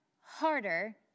harder